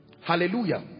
hallelujah